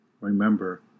remember